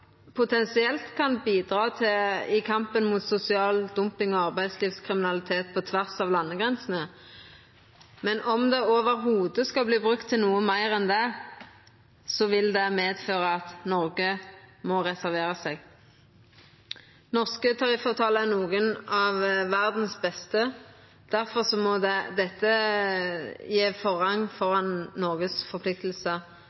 potensielt kan bidra i kampen mot sosial dumping og arbeidslivskriminalitet på tvers av landegrensene. Men om det i det heile skulle verta brukt til noko meir enn det, ville det medføra at Noreg må reservera seg. Norske tariffavtalar er nokre av dei beste i verda. Difor må dei få forrang